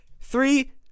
Three